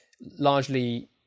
largely